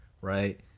right